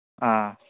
ꯑ